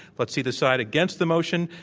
let's see the side against the motion.